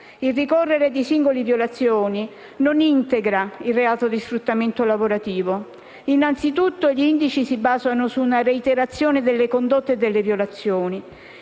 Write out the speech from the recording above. Il ricorrere di singole violazioni non integra il reato di sfruttamento lavorativo. Anzitutto, gli indici si basano su una reiterazione delle condotte e delle violazioni.